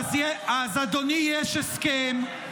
אז אדוני, יש הסכם.